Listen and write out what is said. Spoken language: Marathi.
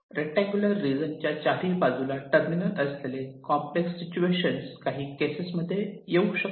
रेक्टांगुलर रिजन च्या चारही बाजूला टर्मिनल असलेले कॉम्प्लेक्स सिच्युएशन काही केसेस मध्ये हे येऊ शकते